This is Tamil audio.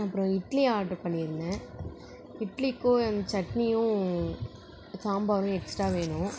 அப்புறம் இட்லி ஆர்ட்ரு பண்ணிருந்தேன் இட்லிக்கும் அந்த சட்னியும் சாம்பாரும் எக்ஸ்ட்ரா வேணும்